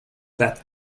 that